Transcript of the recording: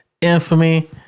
Infamy